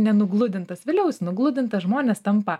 nenugludintas vėliau jis nugludintas žmonės tampa